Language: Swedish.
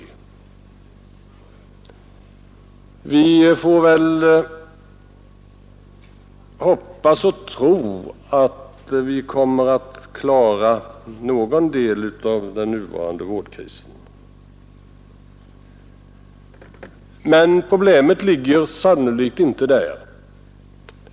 Vi får hoppas och tro att vi kommer att klara någon del av den nuvarande vårdkrisen. Men problemet ligger sannolikt inte där.